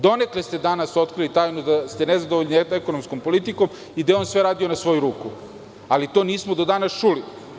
Donekle ste danas otkrili tajnu da ste nezadovoljni ekonomskom politikom i da je on sve radio na svoju ruku, ali to nismo do danas čuli.